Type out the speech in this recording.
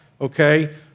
okay